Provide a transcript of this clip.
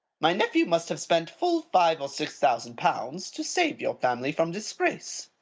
my nephew must have spent full five or six thousand pounds to save your family from disgrace.